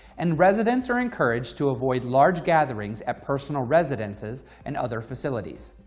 and residents are encouraged to avoid large gatherings at personal residences and other facilities.